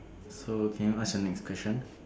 so can you ask the next question